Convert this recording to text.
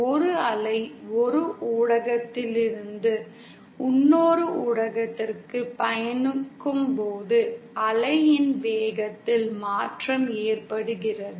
ஒரு அலை ஒரு ஊடகத்திலிருந்து இன்னொரு ஊடகத்திற்கு பயணிக்கும்போது அலையின் வேகத்தில் மாற்றம் ஏற்படுகிறது